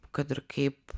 kad ir kaip